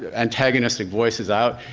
antagonistic voices out.